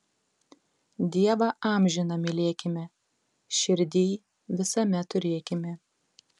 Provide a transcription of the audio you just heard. dievą amžiną mylėkime širdyj visame turėkime